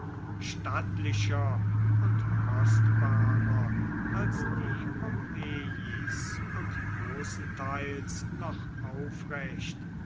stattlicher und kostbarer als die pompeiis und großenteils noch aufrecht